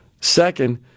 Second